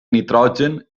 nitrogen